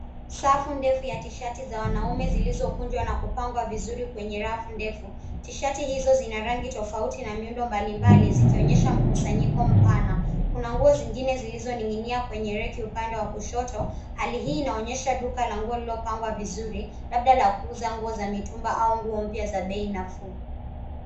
Safu ndefu ya tishati za wanaume zilizokunjwa na kupangwa vizuri kwenye rafu ndefu. Tishati hizo zina rangi tofauti na miundo mbalimbali zikionyesha mkusanyiko mpana. Kuna nguo zingine zilizoning'inia kwenye reki upande wa kushoto. Hali hii inaonyesha duka la nguo lililopangwa vizuri labda la kuuza nguo za mitumba au nguo mpya za bei nafuu.